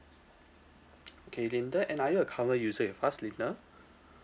okay linda and are you a current user with us linda